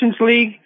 League